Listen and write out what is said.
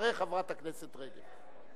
אחרי חברת הכנסת רגב.